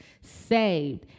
saved